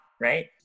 right